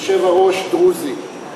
היושב-ראש דרוזי,